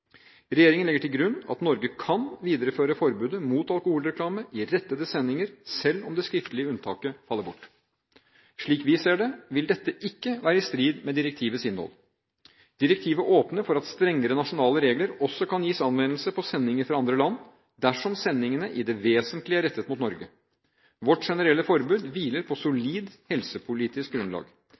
Regjeringen legger til grunn at Norge kan videreføre forbudet mot alkoholreklame i rettede sendinger selv om det skriftlige unntaket faller bort. Slik vi ser det, vil dette ikke være i strid med direktivets innhold. Direktivet åpner for at strengere nasjonale regler også kan gis anvendelse på sendinger fra andre land dersom sendingene i det vesentlige er rettet mot Norge. Vårt generelle forbud hviler på solid helsepolitisk grunnlag.